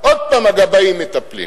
עוד פעם הגבאים מטפלים.